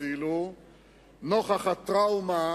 אפילו נוכח הטראומה